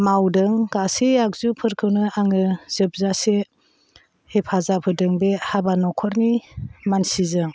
मावदों गासै आगजुफोरखौनो आङो जोबजासे हेफाजाब होदों बे हाबा नखरनि मानसिजों